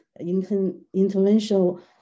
interventional